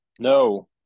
No